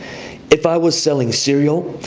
if i was selling cereal,